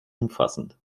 umfassend